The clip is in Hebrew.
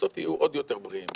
בסוף הם יהיו עוד יותר בריאים.